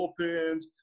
bullpens